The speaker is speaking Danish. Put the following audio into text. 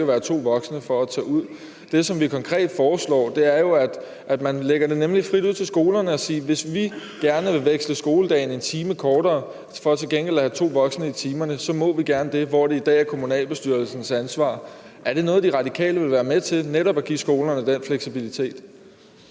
skal jo være to voksne for at tage ud. Det, som vi konkret foreslår, er, at man lægger det frit ud til skolerne at sige: Hvis vi gerne vil gøre skoledagen 1 time kortere for til gengæld at have to voksne i timerne, må vi gerne det. I dag er det kommunalbestyrelsens ansvar. Er det noget, De Radikale vil være med til, netop at give skolerne den fleksibilitet?